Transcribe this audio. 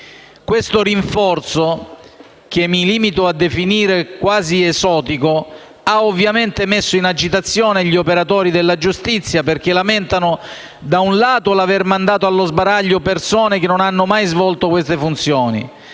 Questo rinforzo, che mi limito a definire quasi esotico, ha ovviamente messo in agitazione gli operatori della giustizia, che da un lato lamentano l'aver mandato allo sbaraglio persone che non hanno mai svolto queste funzioni